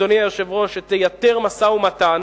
אדוני היושב-ראש, שתייתר משא-ומתן,